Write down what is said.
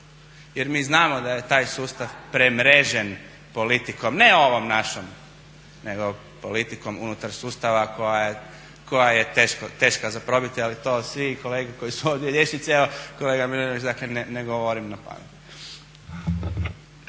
jer mi znamo da je taj sustav premrežen politikom, ne ovom našom nego politikom unutar sustava koja je teška za probiti, ali to svi kolege koji su ovdje liječnici evo kolega Milinović ne govorim napamet.